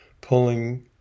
pulling